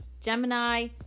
Gemini